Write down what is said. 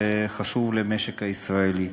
וזה חשוב למשק הישראלי.